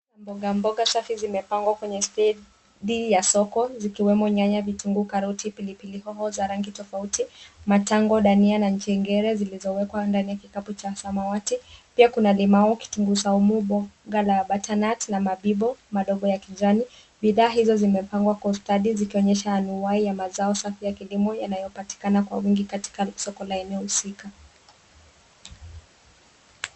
Mboga mboga safi zimepangwa kwenye stendi ya soko zikiwemo nyanya, vitunguu, karoti, pilipili hoho za rangi tofauti, matango, dania na njengere zilizowekwa ndani ya kikapu cha samawati. Pia kuna limau, kitunguu saumu, mboga la butternut na mabibo madogo ya kijani. Bidhaa hizo zimepangwa kwa ustadi zikionyesha anuai ya mazao safi ya kilimo yanayopatikana kwa wingi katika soko la eneo husika.